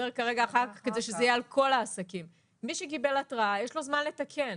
מי שקיבל התראה יש לו זמן לתקן.